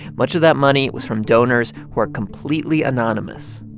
much of that money was from donors who are completely anonymous.